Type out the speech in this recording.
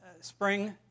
spring